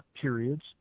periods